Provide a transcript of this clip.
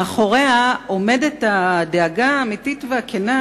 מאחוריה עומדת הדאגה האמיתית והכנה,